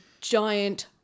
giant